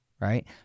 right